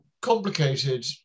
complicated